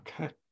Okay